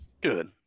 Good